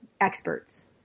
experts